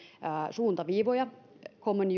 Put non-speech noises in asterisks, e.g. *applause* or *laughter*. suuntaviivoja common *unintelligible*